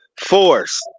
force